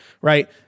right